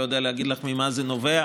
אני לא יודע להגיד לך ממה זה נובע.